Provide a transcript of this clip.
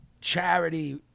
charity